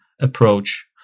approach